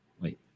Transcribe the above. Wait